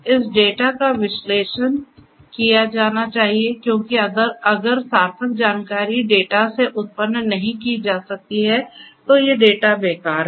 इस डेटा का विश्लेषण किया जाना चाहिए क्योंकि अगर सार्थक जानकारी डेटा से उत्पन्न नहीं की जा सकती है तो ये डेटा बेकार हैं